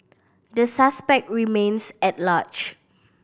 the suspect remains at large